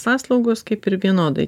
paslaugos kaip ir vienodai